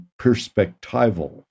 perspectival